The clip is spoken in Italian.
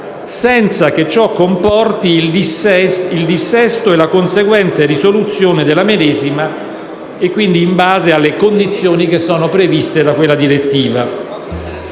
senza che ciò comporti il dissesto e la conseguente risoluzione della medesima e, quindi, in base alle condizioni previste da quella direttiva.